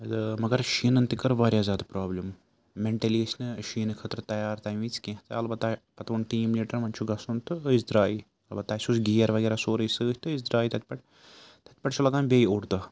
مگر شیٖنَن تہِ کٔر واریاہ زیادٕ پرٛابلِم مٮ۪نٛٹٔلی ٲسۍ نہٕ شیٖنہٕ خٲطرٕ تیار تَمہِ وِز کینٛہہ تہٕ البتہ پَتہٕ ووٚن ٹیٖم لیٖڈرَن وۄنۍ چھُ گژھُن تہٕ أسۍ درٛایہِ البتہ اَسہِ اوس گیر وغیرہ سورُے سۭتۍ تہٕ أسۍ درٛاے تَتہِ پٮ۪ٹھ تَتہِ پٮ۪ٹھ چھُ لَگان بیٚیہِ اوٚڑ دۄہ